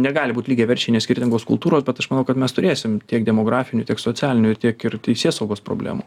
negali būti lygiaverčiai nes skirtingos kultūros bet aš manau kad mes turėsim tiek demografinių tiek socialinių tiek ir teisėsaugos problemų